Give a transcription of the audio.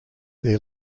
their